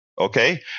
okay